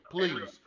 Please